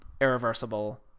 irreversible